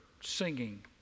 singing